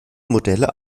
modelle